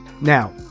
Now